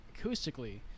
acoustically